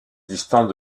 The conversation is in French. distant